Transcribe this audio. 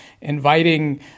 inviting